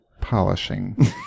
polishing